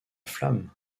flamme